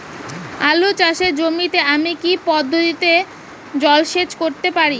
আলু চাষে জমিতে আমি কী পদ্ধতিতে জলসেচ করতে পারি?